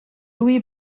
louis